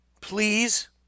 Please